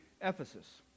Ephesus